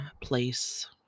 place